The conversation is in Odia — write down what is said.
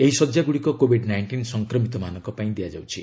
ଏହି ଶଯ୍ୟାଗୁଡ଼ିକ କୋଭିଡ୍ ନାଇଷ୍ଟିନ୍ ସଂକ୍ରମିତମାନଙ୍କ ପାଇଁ ଦିଆଯାଉଛି